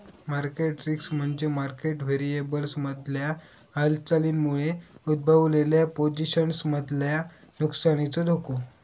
market risk म्हणजे market व्हेरिएबल्समधल्या हालचालींमुळे उद्भवलेल्या पोझिशन्समधल्या नुकसानीचो धोको